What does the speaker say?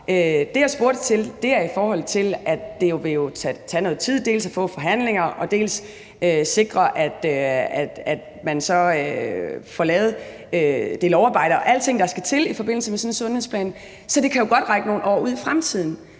Det, jeg spurgte til, er i forhold til at det jo vil tage noget tid, dels forhandlinger, dels at sikre, at man så får lavet det lovarbejde og alle de ting, der skal til, i forbindelse med sådan en sundhedsplan. Så det kan jo godt række nogle år ud i fremtiden.